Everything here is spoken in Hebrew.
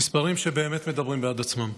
המספרים באמת מדברים בעד עצמם.